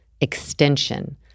extension